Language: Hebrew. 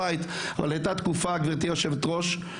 גברתי היושבת ראש,